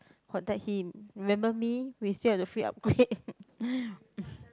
contact him remember me we still have the free upgrade